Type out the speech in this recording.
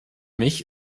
mich